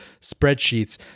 spreadsheets